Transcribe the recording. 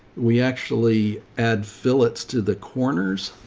we actually add fillets to the corners.